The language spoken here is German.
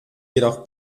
jedoch